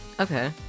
Okay